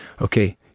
Okay